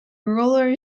ruler